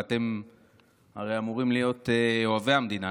ואתם הרי אמורים להיות אוהבי המדינה,